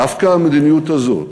דווקא המדיניות הזאת,